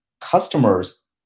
customers